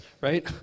Right